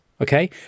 Okay